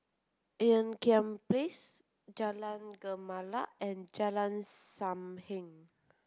Ean Kiam Place Jalan Gemala and Jalan Sam Heng